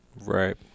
Right